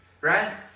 right